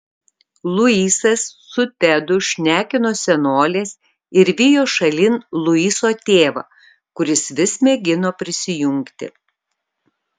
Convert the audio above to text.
luisas su tedu šnekino senoles ir vijo šalin luiso tėvą kuris vis mėgino prisijungti